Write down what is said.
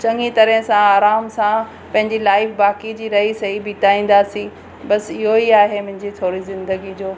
चङी तरह सां आराम सां पंहिंजी लाइफ बाक़ी जी रही सही बिताईंदासीं बसि इहो ई आहे मुंहिंजी थोरी ज़िंदगी जो